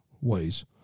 ways